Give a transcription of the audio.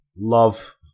love